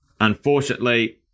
unfortunately